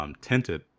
tinted